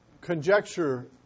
conjecture